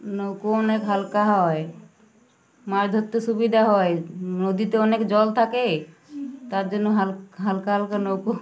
নৌকো অনেক হালকা হয় মাছ ধরতে সুবিধা হয় নদীতে অনেক জল থাকে তার জন্য হাল হালকা হালকা নৌকো